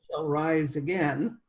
arise, again,